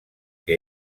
que